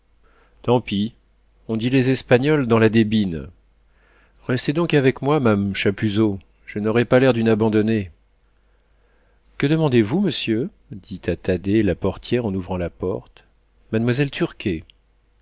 tant pis on dit les espagnols dans la débine restez donc avec moi mame chapuzot je n'aurai pas l'air d'une abandonnée que demandez-vous monsieur dit à thaddée la portière en ouvrant la porte mademoiselle